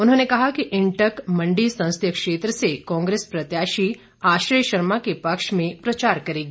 उन्होंने कहा कि इंटक मंडी संसदीय क्षेत्र से कांग्रेस प्रत्याशी आश्रय शर्मा के पक्ष में प्रचार करेगी